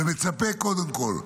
ומצפה קודם כול,